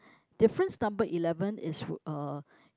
difference number eleven is uh